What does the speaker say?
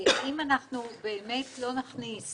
אם אנחנו באמת לא נכניס